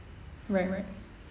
right right